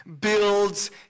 builds